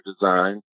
design